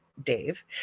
Dave